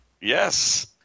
Yes